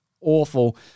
awful